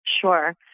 Sure